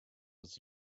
its